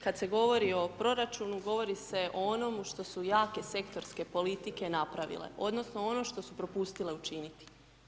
Kad se govori o proračunu, govori se o onomu što su jake sektorske politike napravile odnosno ono što su propustile učiniti.